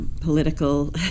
political